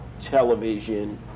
television